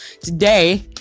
Today